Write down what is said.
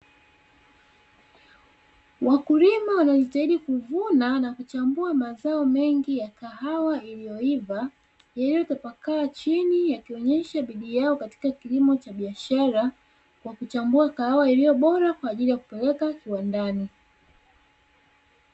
Wakulima wanajitahidi kuvuna na kuchambua mazao mengi ya kahawa, iliyoiva yaliyotapakaa chini yakionyesha bidii yao katika kilimo cha kibiashara, kwa kuchambua kahawa iliyo bora kwa ajili ya kupeleka kiwandani.